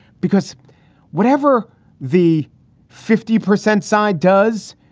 because whatever the fifty percent side does,